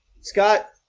Scott